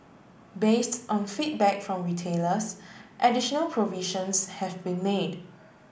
based on feedback from retailers additional provisions have been made